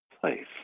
place